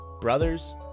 Brothers